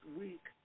week